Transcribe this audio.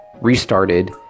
restarted